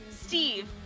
Steve